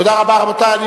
תודה רבה, רבותי.